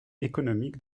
économique